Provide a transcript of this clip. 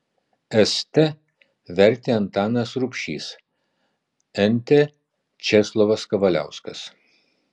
st vertė antanas rubšys nt česlovas kavaliauskas